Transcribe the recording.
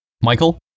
michael